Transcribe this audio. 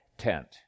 tent